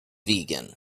vegan